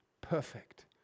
Perfect